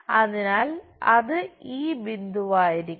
അതിനാൽ അത് ഈ ബിന്ദുവായിരിക്കണം